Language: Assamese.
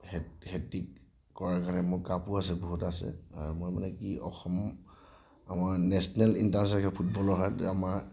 হেট্ৰিক কৰাৰ কাৰণে মোৰ কাপো আছে বহুত আছে আৰু মই মানে কি অসম আমাৰ নেচেনেল ইণ্টাৰনেচেনেল ফুটবল আমাৰ